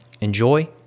Enjoy